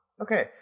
Okay